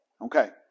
Okay